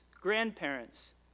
grandparents